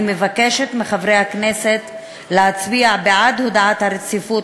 אני מבקשת מחברי הכנסת להצביע בעד החלת הרציפות